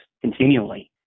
continually